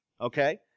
okay